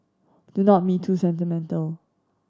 do not be too sentimental